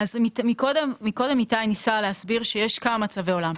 אז מקודם איתי ניסה להסביר שיש כמה מצבי עולם.